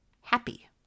happy